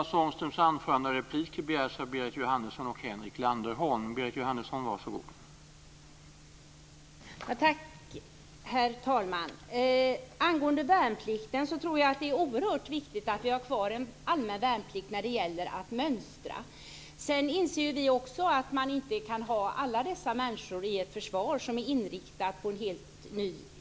Tack.